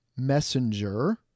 messenger